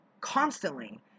constantly